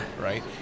right